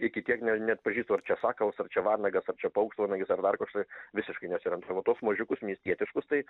iki tiek ne neatpažįstu ar čia sakalas ar čia vanagas ar čia paukštvanagis ar dar kažkokie visiškai nesiorientuo o tuos mažiukus miestietiškus tai